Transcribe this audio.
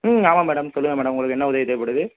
ம் ஆமாம் மேடம் சொல்லுங்கள் மேடம் உங்களுக்கு என்ன உதவி தேவைப்படுது